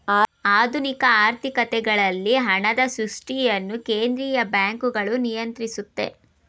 ಆಧುನಿಕ ಆರ್ಥಿಕತೆಗಳಲ್ಲಿ ಹಣದ ಸೃಷ್ಟಿಯನ್ನು ಕೇಂದ್ರೀಯ ಬ್ಯಾಂಕ್ಗಳು ನಿಯಂತ್ರಿಸುತ್ತೆ